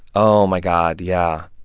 oh, my god, yeah.